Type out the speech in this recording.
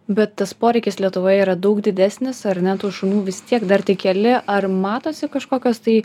bet tas poreikis lietuvoje yra daug didesnis ar ne tų šunų vis tiek dar tik keli ar matosi kažkokios tai